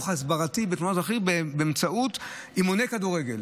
הסברתי בתאונות דרכים באמצעות אימוני כדורגל.